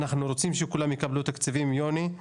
אנחנו רוצים שכולם יקבלו תקציבים יוני,